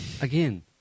Again